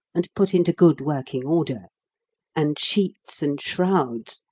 and put into good working order and sheets and shrouds,